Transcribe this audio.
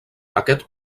aquest